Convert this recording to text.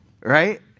Right